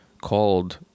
called